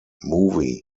movie